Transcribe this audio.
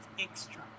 extra